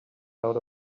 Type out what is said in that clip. out